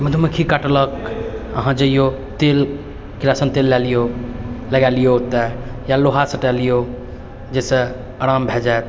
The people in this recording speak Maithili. कि मधुमक्खी कटलक अहाँ जइयो तेल किरासन तेल लए लियौ लगा लियौ ओतय या लोहा सटा लियौ जाहिसँ आराम भए जायत